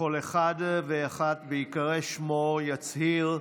וכל אחד ואחת, בהיקרא שמו, יצהיר: